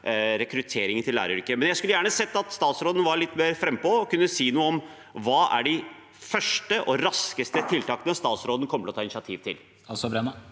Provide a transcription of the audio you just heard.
rekrutteringen til læreryrket. Jeg skulle gjerne sett at statsråden var litt mer frampå og kunne si noe om de første og raskeste tiltakene statsråden kommer til å ta initiativ til.